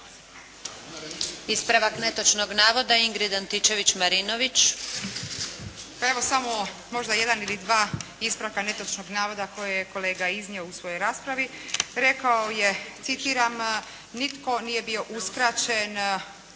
Ispravak netočnog navoda Ingrid Antičević-Marinović. **Antičević Marinović, Ingrid (SDP)** Pa evo samo jedan ili dva ispravka netočnog navoda koje je kolega iznio u svojoj raspravi. Rekao je citiram: “Nitko nije bio uskraćen